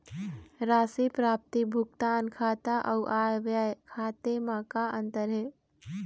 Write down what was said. राशि प्राप्ति भुगतान खाता अऊ आय व्यय खाते म का अंतर हे?